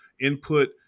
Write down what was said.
input